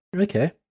Okay